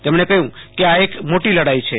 તેમ ણે કહયૂં કે આ એક મોટી લડાઈ છે